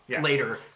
Later